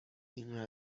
این